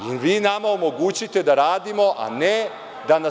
I vi nama omogućite da radimo a ne da nas